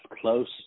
close